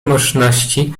możności